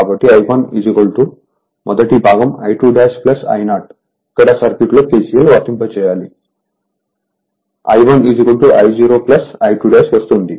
కాబట్టిI1 మొదటి భాగం I2 I0 ఇక్కడ సర్క్యూట్లో KCL వర్తింపచేస్తే I1 I0 I2 వస్తుంది